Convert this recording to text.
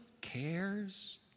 cares